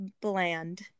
bland